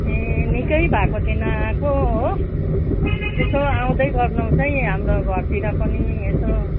ए निकै भएको थियो नआएको हो यसो आउँदै गर्नुहोस् है हाम्रो घरतिर पनि यसो